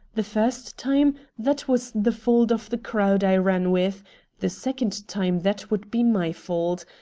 the first time, that was the fault of the crowd i ran with the second time, that would be my fault.